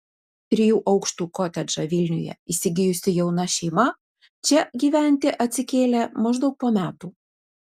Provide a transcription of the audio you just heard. trijų aukštų kotedžą vilniuje įsigijusi jauna šeima čia gyventi atsikėlė maždaug po metų